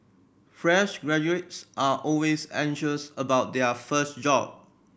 fresh graduates are always anxious about their first job